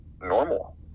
normal